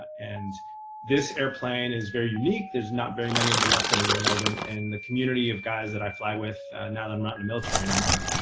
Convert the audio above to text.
and this airplane is very unique. there's not very many of them left in the world. and and the community of guys that i fly with, now i'm not in a military anymore,